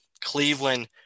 Cleveland